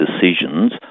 decisions